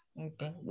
Okay